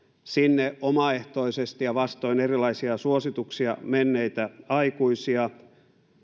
sinne omaehtoisesti ja vastoin erilaisia suosituksia menneitä aikuisia